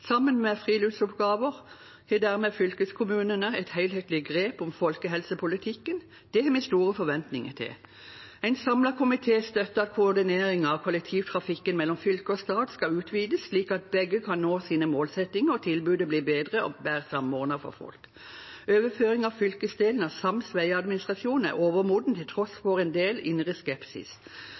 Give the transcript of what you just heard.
Sammen med friluftsoppgaver har dermed fylkeskommunene et helhetlig grep om folkehelsepolitikken. Det har vi store forventninger til. En samlet komité støtter at koordineringen av kollektivtrafikken mellom fylke og stat skal utvides, slik at begge kan nå sine målsettinger, og at tilbudet blir bedre og mer samordnet for folk. Overføring av fylkesdelen av sams vegadministrasjon er overmoden, til tross for en del indre skepsis.